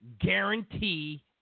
guarantee